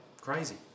crazy